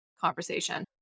conversation